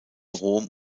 rom